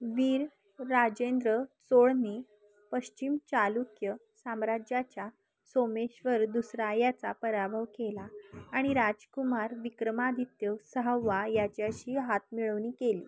वीर राजेंद्र चोळने पश्चिम चालुक्य साम्राज्याच्या सोमेश्वर दुसरा याचा पराभव केला आणि राजकुमार विक्रमादित्य सहावा याच्याशी हात मिळवणी केली